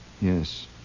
Yes